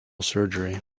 surgery